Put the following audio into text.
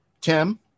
tim